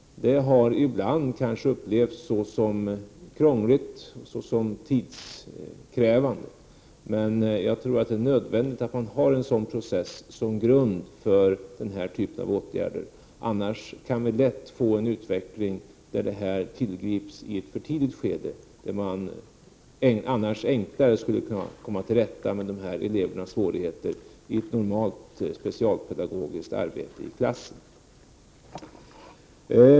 Detta har ibland kanske upplevts såsom krångligt och tidskrävande, men jag tror att det är nödvändigt att man har en sådan process som grund för denna typav åtgärder. Annars kan vi lätt få en utveckling där dessa åtgärder tillgrips iett för tidigt skede, då man enklare skulle kunna komma till rätta med dessa elevers svårigheter i ett normalt specialpedagogiskt arbete i klassen.